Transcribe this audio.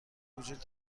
وجود